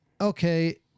okay